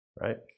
Right